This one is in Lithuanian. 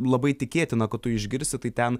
labai tikėtina kad tu išgirsi tai ten